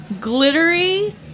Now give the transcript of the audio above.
glittery